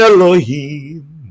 Elohim